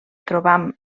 trobam